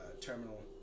terminal